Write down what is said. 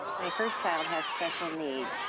my first child has special needs,